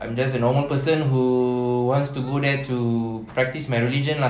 I'm just a normal person who wants to go there to practice my religion lah